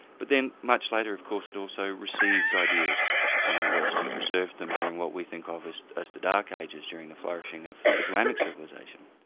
but then, much later of course, it also received ideas from the west and preserved them during what we think of as as the dark ages, during the flourishing of islamic civilisation.